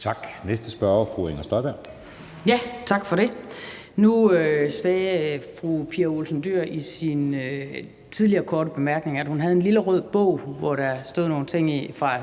Kl. 13:09 Inger Støjberg (DD): Tak for det. Nu sagde fru Pia Olsen Dyhr i en tidligere kort bemærkning, at hun havde en lille rød bog, hvor der stod nogle ting i fra